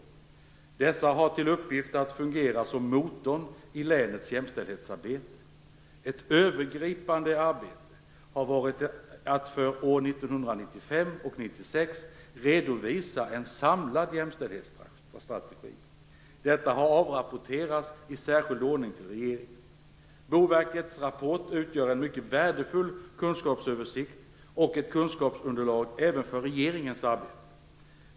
Länsexperterna har till uppgift att fungera som motorn i länets jämställdhetsarbete. Ett övergripande arbete har varit att man för år 1995/96 har redovisat en samlad jämställdhetsstrategi. Detta har avrapporterats i särskild ordning till regeringen. Boverkets rapport utgör en mycket värdefull kunskapsöversikt och ett kunskapsunderlag även för regeringens arbete.